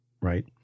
right